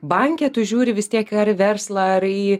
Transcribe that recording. banke tu žiūri vis tiek ar verslą ar į